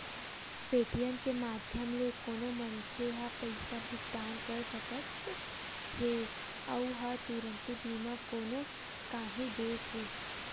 Paytm के माधियम ले कोनो मनखे ह पइसा भुगतान कर सकत हेए अहूँ ह तुरते बिना कोनो काइही देर के